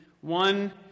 one